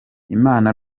imana